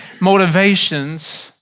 motivations